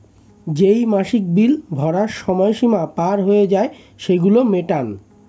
যেই মাসিক বিল ভরার সময় সীমা পার হয়ে যায়, সেগুলো মেটান